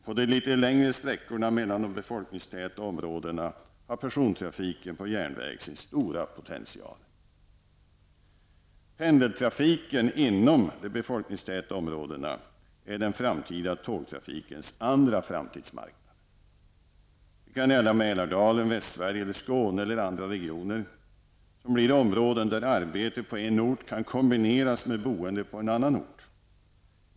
På de litet längre sträckorna mellan de befolkningstäta områden har persontrafiken på järnväg sin stora potential. Pendeltrafiken inom de befolkningstäta områdena är den framtida tågtrafikens andra framtidsmarknad. Exempelvis Mälardalen, Västsverige och Skåne blir alla områden där arbete på en ort kan kombineras med boende på en annan.